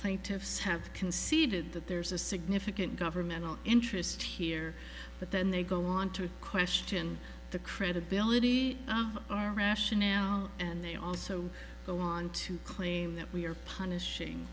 plaintiffs have conceded that there's a significant governmental interest here but then they go on to question the credibility are rational and they also go on to claim that we are punishing